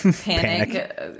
Panic